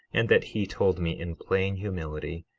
and that he told me in plain humility,